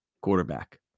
quarterback